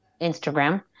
Instagram